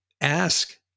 ask